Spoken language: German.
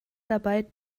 dabei